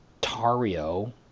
Tario